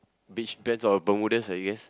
beach pants or Bermudas I guess